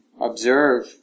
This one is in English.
observe